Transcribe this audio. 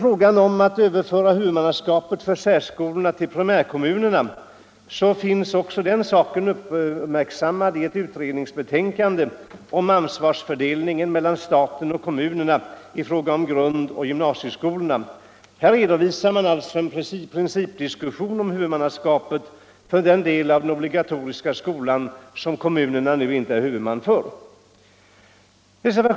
Frågan om att överföra huvudmannaskapet för särskolorna till primärkommunerna är också uppmärksammad i ett utredningsbetänkande. Betänkandet gäller ansvarsfördelningen mellan staten och kommunerna i fråga om grundoch gymnasieskolorna, och där redovisas en principdiskussion om huvudmannaskapet för den del av den obligatoriska skolan som kommunerna nu inte är huvudmän för.